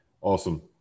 Awesome